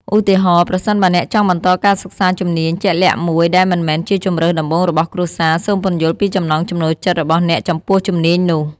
ឧទាហរណ៍ ប្រសិនបើអ្នកចង់បន្តការសិក្សាជំនាញជាក់លាក់មួយដែលមិនមែនជាជម្រើសដំបូងរបស់គ្រួសារ សូមពន្យល់ពីចំណង់ចំណូលចិត្តរបស់អ្នកចំពោះជំនាញនោះ។